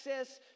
access